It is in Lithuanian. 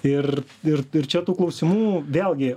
ir ir ir čia tų klausimų vėlgi